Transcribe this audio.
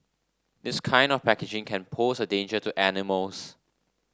this kind of packaging can pose a danger to animals